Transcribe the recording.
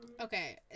Okay